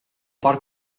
paar